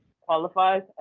qualifies